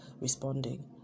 responding